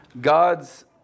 God's